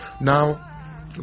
...now